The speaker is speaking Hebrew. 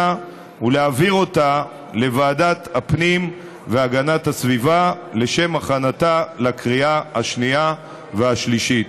ולהעביר אותה לוועדת הפנים והגנת הסביבה לשם הכנתה לקריאה השנייה והשלישית.